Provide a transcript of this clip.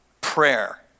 prayer